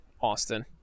Austin